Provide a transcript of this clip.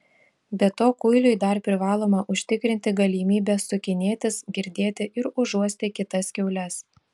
be to kuiliui dar privaloma užtikrinti galimybę sukinėtis girdėti ir užuosti kitas kiaules